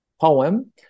poem